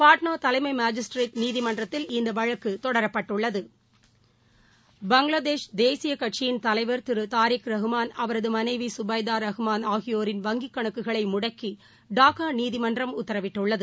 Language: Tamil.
பாட்னா தலைமை மேஜிஸ்ட்ரேட் நீதிமன்றத்தில் இந்த வழக்கு தொடரப்பட்டள்ளது பங்களாதேஷ் தேசிய கட்சியின் தலைவர் திரு தாரிக் ரகுமான் அவரது மனைவி சுபைதா ரஹ்மான் ஆகியோரின் வங்கி கணக்குகளை முடக்கி டாக்கா நீதிமன்றம் உத்தரவிட்டுள்ளது